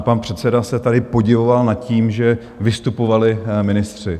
Pan předseda se tady podivoval nad tím, že vystupovali ministři.